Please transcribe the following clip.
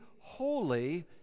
holy